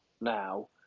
now